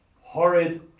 Horrid